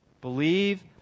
Believe